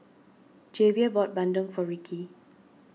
Javier bought Bandung for Rikki